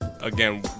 Again